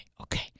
okay